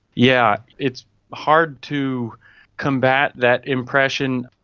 yeah it's hard to combat that impression.